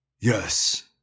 Yes